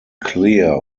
clear